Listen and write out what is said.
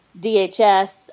DHS